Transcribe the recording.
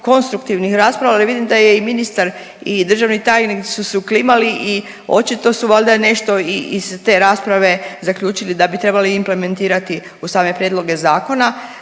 konstruktivnih rasprava jer vidim da je i ministar i državni tajnik su klimali i očito su valjda nešto i iz te rasprave zaključili da bi trebali implementirati u same prijedloge zakona,